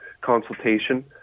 consultation